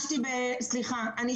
מדברים, אבל עדיין אין החלטה.